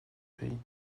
pays